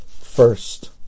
first